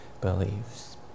believes